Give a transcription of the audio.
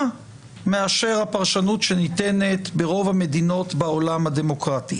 מאשר הפרשנות שניתנת ברוב המדינות בעולם הדמוקרטי,